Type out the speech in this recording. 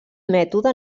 mètode